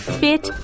fit